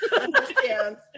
understands